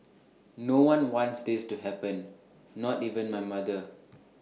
no one wants this to happen not even my mother